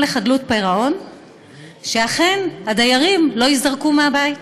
לחדלות פירעון אכן הדיירים לא ייזרקו מהבית.